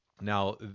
Now